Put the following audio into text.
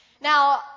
Now